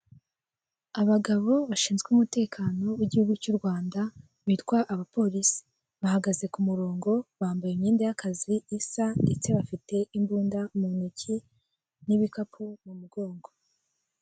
Abagabo bashinzwe umutekano w'igihugu cy'u Rwanda bitwa abapolisi, bahagaze ku murongo bambaye imyenda y'akazi isa ndetse bafite imbunda mu ntoki n'ibikapu mu mugongo.